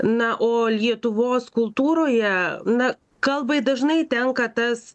na o lietuvos kultūroje na kalbai dažnai tenka tas